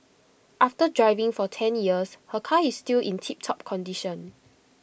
after driving for ten years her car is still in tiptop condition